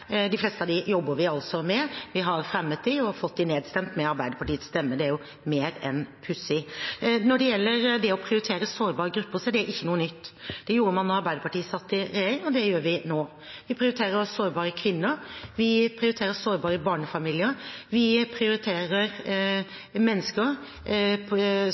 De fleste av dem jobber vi altså med, eller vi har fremmet dem og fått dem nedstemt med Arbeiderpartiets stemmer. Det er mer enn pussig. Når det gjelder det å prioritere sårbare grupper, er det ikke noe nytt. Det gjorde man da Arbeiderpartiet satt i regjering, og det gjør vi nå. Vi prioriterer sårbare kvinner, vi prioriterer sårbare barnefamilier, vi prioriterer mennesker